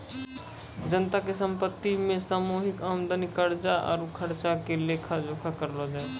जनता के संपत्ति मे सामूहिक आमदनी, कर्जा आरु खर्चा के लेखा जोखा करलो जाय छै